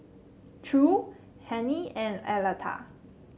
Ture Hennie and Aleta